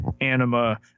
anima